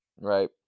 Right